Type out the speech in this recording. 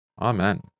Amen